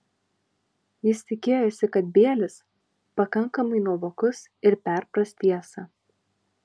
jis tikėjosi kad bielis pakankamai nuovokus ir perpras tiesą